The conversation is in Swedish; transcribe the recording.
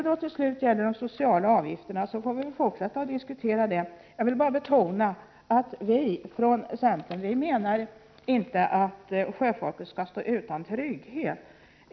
De sociala avgifterna får vi väl fortsätta att diskutera. Jag vill bara betona att vi från centern inte menar att sjöfolket skall stå utan trygghet.